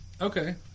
Okay